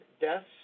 deaths